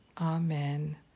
Amen